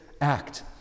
act